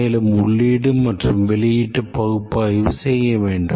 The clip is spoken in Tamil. மேலும் உள்ளீடு மற்றும் வெளியீட்டு பகுப்பாய்வு செய்ய வேண்டும்